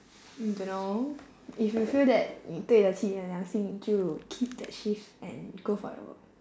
mm don't know if you feel that 你对得起你的良心你就 keep that shift and go for your work